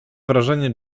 wrażenie